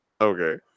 okay